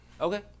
Okay